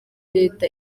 leta